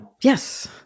Yes